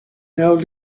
now